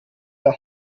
der